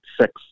six